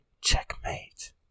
checkmate